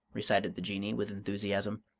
recited the jinnee, with enthusiasm,